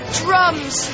drums